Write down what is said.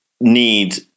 need